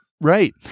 right